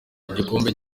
igikombe